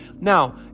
Now